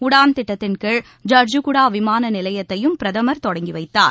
உடான் திட்டத்தின்கீழ் ஜர்ஷுகுடா விமான நிலையத்தையும் பிரதமர் தொடங்கி வைத்தார்